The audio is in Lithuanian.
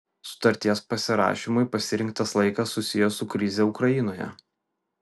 sutarties pasirašymui pasirinktas laikas susijęs su krize ukrainoje